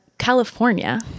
California